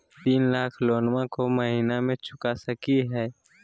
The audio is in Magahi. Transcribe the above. तीन लाख लोनमा को महीना मे चुका सकी हय?